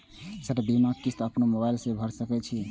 Sir बीमा किस्त अपनो मोबाईल से भर सके छी?